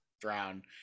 drown